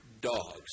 dogs